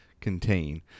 contain